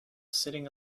sitting